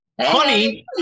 Honey